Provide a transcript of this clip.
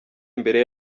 imbere